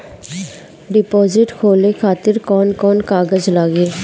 Deposit खोले खातिर कौन कौन कागज लागी?